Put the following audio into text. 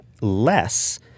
less